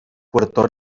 puerto